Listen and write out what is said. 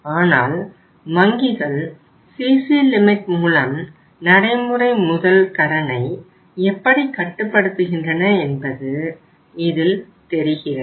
ஆனால் வங்கிகள் CC limit மூலம் நடைமுறை முதல் கடனை எப்படி கட்டுப்படுத்துகின்றன என்பது இதில் தெரிகிறது